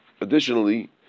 additionally